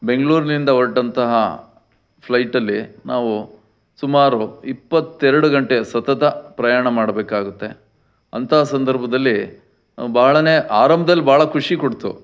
ಬೆಂಗಳೂರ್ನಿಂದ ಹೊರಟಂತಹ ಫ್ಲೈಟಲ್ಲಿ ನಾವು ಸುಮಾರು ಇಪ್ಪತ್ತೆರಡು ಗಂಟೆ ಸತತ ಪ್ರಯಾಣ ಮಾಡಬೇಕಾಗುತ್ತೆ ಅಂತಹ ಸಂದರ್ಭದಲ್ಲಿ ಭಾಳನೇ ಆರಂಬ್ದಲ್ಲಿ ಭಾಳ ಖುಷಿಕೊಡ್ತು